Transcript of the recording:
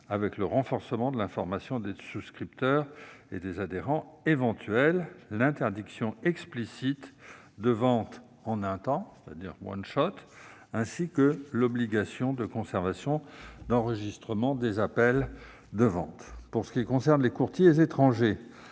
avec le renforcement de l'information des souscripteurs ou adhérents éventuels, l'interdiction explicite des « ventes en un temps », ainsi que l'obligation de conservation des enregistrements des appels de vente. Pour ce qui concerne les courtiers étrangers